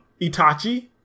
Itachi